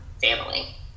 family